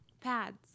Pads